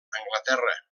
anglaterra